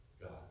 God